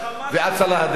ואצה לה הדרך,